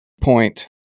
point